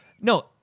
no